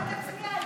בואו נעשה הצבעה.